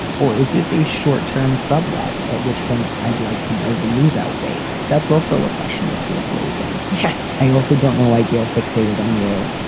or is this a short term sublet? at which point i'd like to know the move out date. like that's also a question that's worth raising. yes. i also don't know, like, go fixated on you.